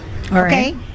Okay